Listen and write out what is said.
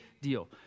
deal